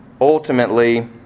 ultimately